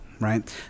Right